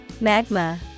Magma